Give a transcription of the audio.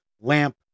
lamp